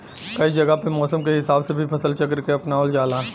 कई जगह पे मौसम के हिसाब से भी फसल चक्र के अपनावल जाला